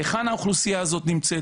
היכן האוכלוסייה הזאת נמצאת?